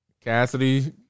Cassidy